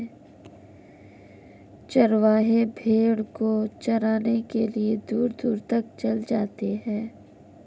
चरवाहे भेड़ को चराने के लिए दूर दूर तक चले जाते हैं